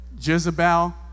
Jezebel